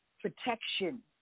protection